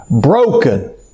broken